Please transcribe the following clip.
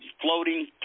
floating